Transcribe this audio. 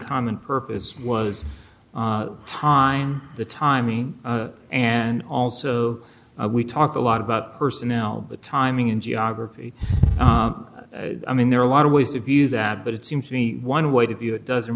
common purpose was time the timing and also we talk a lot about personnel but timing and geography i mean there are a lot of ways to view that but it seems to me one way to view it doesn't